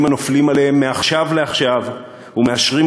הנופלים עליהם מעכשיו לעכשיו ומאשרים,